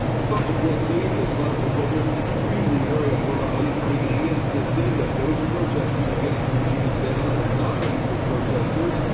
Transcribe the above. subsequently, the islamic republic's supreme leader ayatollah ali khamenei insisted that those protesting against the regime in tehran are not peaceful protesters,